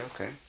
okay